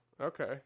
Okay